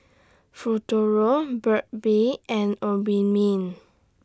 Futuro Burt's Bee and Obimin